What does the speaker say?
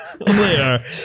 later